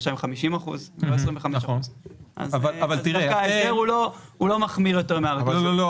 למשל 50% ולא 25%. ההסדר לא מחמיר יותר מן הרגיל.